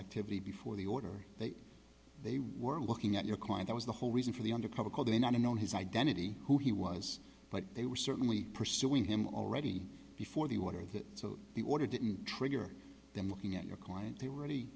activity before the order that they were looking at your client that was the whole reason for the undercover called in an unknown his identity who he was but they were certainly pursuing him already before the water so the order didn't trigger them looking at your client they were really